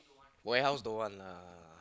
warehouse don't want lah